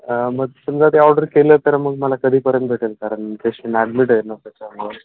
हां मग समजा ते ऑर्डर केलं तर मग मला कधीपर्यंत भेटेल कारण पेंशन ॲडमिट आहे ना त्याच्यामुळे